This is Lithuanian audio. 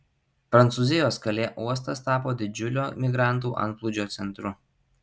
prancūzijos kalė uostas tapo didžiulio migrantų antplūdžio centru